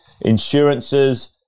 insurances